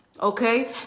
okay